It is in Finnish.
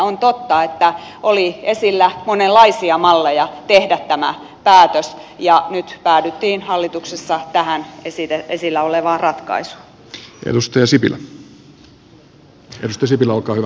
on totta että oli esillä monenlaisia malleja tehdä tämä päätös ja nyt päädyttiin hallituksessa tähän esillä olevaan ratkaisuun